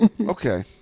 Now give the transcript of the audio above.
Okay